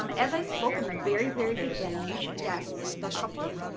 um as i spoke in the very, very beginning, yes, the couple of